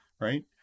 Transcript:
right